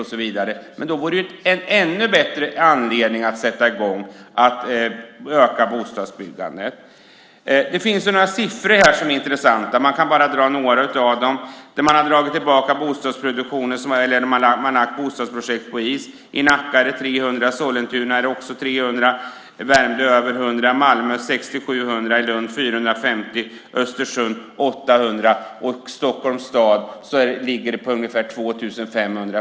Men det vore en ännu bättre anledning att sätta i gång bostadsbyggandet. Det finns några intressanta siffror om att bostadsproduktionen har minskats eller lagts på is. I Nacka är det 300. I Sollentuna är det också 300. I Värmdö över 100. Malmö är det 600-700. I Lund är det 450. I Östersund är det 800. I Stockholms stad är det ungefär 2 500.